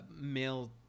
male